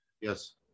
Yes